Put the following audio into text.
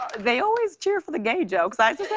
they always cheer for the gay jokes. i mean